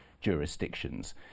jurisdictions